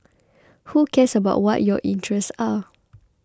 who cares about what your interests are